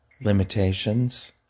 limitations